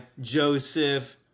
Joseph